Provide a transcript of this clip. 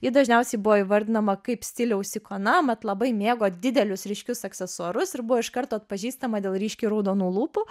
ji dažniausiai buvo įvardinama kaip stiliaus ikona mat labai mėgo didelius ryškius aksesuarus ir buvo iš karto atpažįstama dėl ryškiai raudonų lūpų